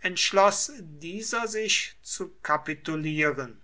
entschloß dieser sich zu kapitulieren